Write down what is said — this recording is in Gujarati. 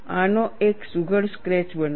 આનો એક સુઘડ સ્કેચ બનાવો